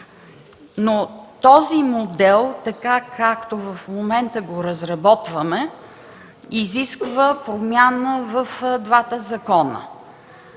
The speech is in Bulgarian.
но този модел така както в момента го разработваме, изисква промяна в двата закона.